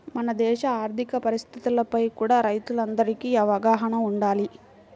మన దేశ ఆర్ధిక పరిస్థితులపై కూడా రైతులందరికీ అవగాహన వుండాలి